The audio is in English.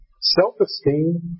self-esteem